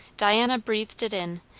diana breathed it in,